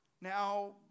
Now